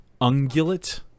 ungulate